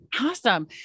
Awesome